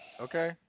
okay